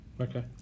Okay